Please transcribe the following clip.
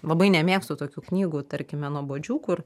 labai nemėgstu tokių knygų tarkime nuobodžių kur